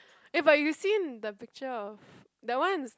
eh but you seen the picture of that ones